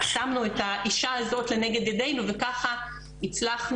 שמנו את האישה הזאת לנגד עיננו וככה הצלחנו,